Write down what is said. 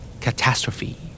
Catastrophe